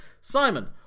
Simon